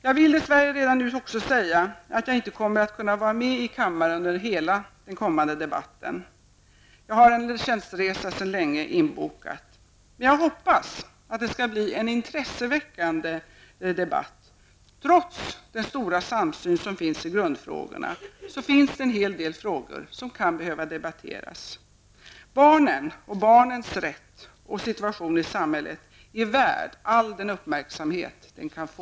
Jag vill redan nu säga att jag dess värre inte kommer att kunna vara med i kammaren under hela den kommande debatten, eftersom jag sedan länge har en tjänsteresa inbokad. Men jag hoppas att det skall bli en intresseväckande debatt. Trots den stora samsyn som råder i grundfrågorna, finns en hel del frågor som kan behöva debatteras. Barnen och barnens rätt och situation i samhället är värda all den uppmärksamhet de kan få.